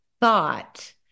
thought